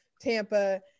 Tampa